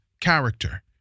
character